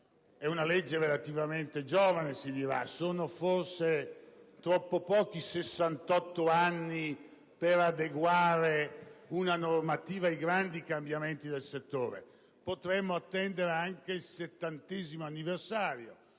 È una legge relativamente giovane, si dirà; sono forse troppo pochi 68 anni per adeguare una normativa ai grandi cambiamenti del settore: potremmo aspettare anche il 70° anniversario,